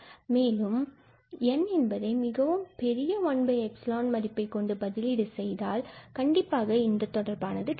மேலும் நாம் N என்பதை மிகவும் பெரிய 1𝜖 மதிப்பை கொண்டு பதிலீடு செய்தால் கண்டிப்பாக இந்த தொடர்பானது கிடைக்கும்